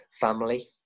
family